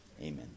Amen